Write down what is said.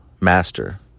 Master